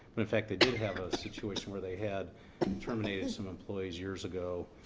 but of fact, they did have a situation where they had terminated some employees years ago,